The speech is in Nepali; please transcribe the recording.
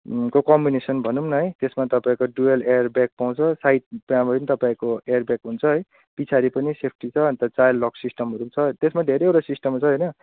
को कम्बिनेसन भनौँ न है त्यसमा तपाईँको डुएल एयरब्याग पाउँछ साइड त्यहाँबाट नि तपाईँको एयरब्याग हुन्छ है पछाडि पनि सेफ्टी छ अन्त चाइल्ड लक सिस्टमहरू छ त्यसमा धेरैवटा सिस्टम छ होइन